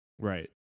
Right